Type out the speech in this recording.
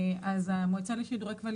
המועצה לשידורי כבלים